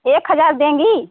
एक हज़ार देंगी